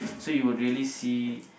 so you would really see